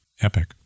epic